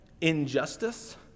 injustice